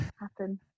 happen